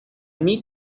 need